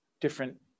different